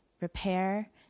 repair